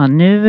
nu